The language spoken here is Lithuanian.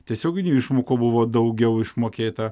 tiesioginių išmokų buvo daugiau išmokėta